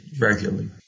regularly